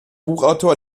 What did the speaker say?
buchautor